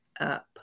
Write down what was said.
up